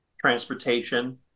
transportation